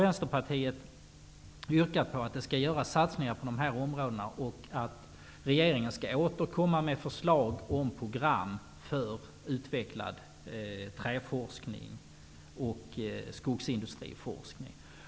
Vänsterpartiet har därför yrkat på att det skall göras satsningar på dessa områden och att regeringen skall återkomma med förslag om program för utvecklad träforskning och skogsindustriforskning.